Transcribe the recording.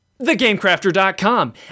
thegamecrafter.com